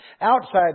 outside